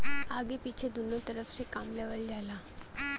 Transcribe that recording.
आगे पीछे दुन्नु तरफ से काम लेवल जाला